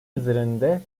üzerinde